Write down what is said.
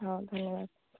ହଉ ଧନ୍ୟବାଦ